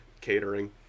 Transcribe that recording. Catering